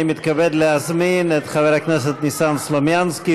אני מתכבד להזמין את חבר הכנסת ניסן סלומינסקי,